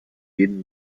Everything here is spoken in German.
jedem